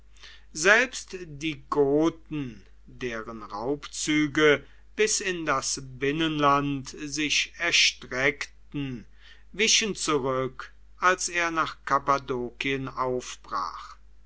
selbst die goten deren raubzüge bis in das binnenland sich erstreckten wichen zurück als er nach kappadokien aufbrach